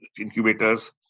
incubators